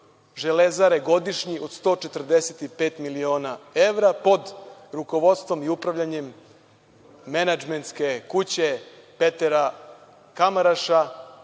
„Železare“ godišnji od 145 miliona evra pod rukovodstvom i upravljanjem menadžmentske kuće Petera Kamaraša